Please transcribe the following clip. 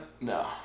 No